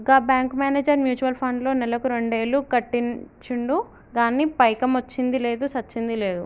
గా bank manager mutual ఫండ్లో నెలకు రెండేలు కట్టించిండు గానీ పైకమొచ్చ్చింది లేదు, సచ్చింది లేదు